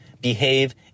behave